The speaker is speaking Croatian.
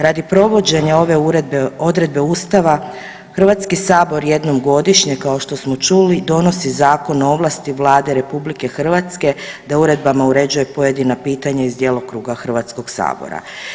Radi provođenja ove uredbe odredbe Ustava Hrvatski sabor jednom godišnje kao što smo čuli donosi Zakon o ovlasti Vlade RH da uredbama uređuje pojedina pitanja iz djelokruga Hrvatskog sabora.